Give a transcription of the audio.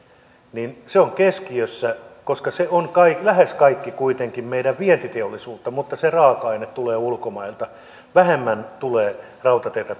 on keskiössä koska se on lähes kaikki kuitenkin meidän vientiteollisuuttamme mutta se raaka aine tulee ulkomailta vähemmän tulee rautateitä